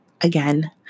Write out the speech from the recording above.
again